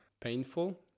painful